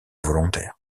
volontaire